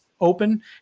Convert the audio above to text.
open